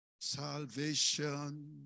Salvation